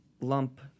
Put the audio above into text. lump